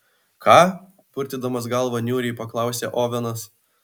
ką purtydamas galvą niūriai paklausė ovenas